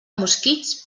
mosquits